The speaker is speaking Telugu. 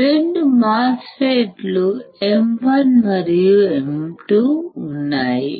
రెండు మాస్ ఫెట్ లు M1 మరియు M2 ఉన్నాయి